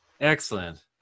excellent